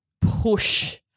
push